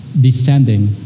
descending